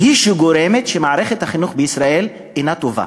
היא שגורמת לכך שמערכת החינוך בישראל אינה טובה.